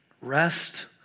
rest